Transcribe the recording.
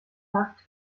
nach